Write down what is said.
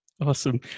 Awesome